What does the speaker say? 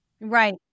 Right